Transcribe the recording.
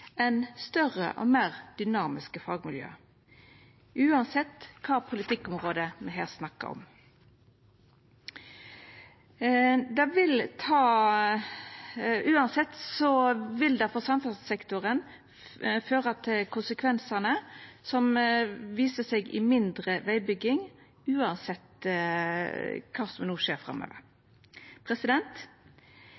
større og meir dynamiske fagmiljø, uansett kva politikkområde me snakkar om. Det vil for samferdselssektoren føra til konsekvensar som viser seg i mindre vegbygging, uansett kva som no skjer framover.